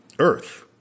Earth